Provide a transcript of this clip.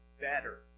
better